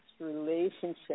Relationship